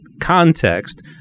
context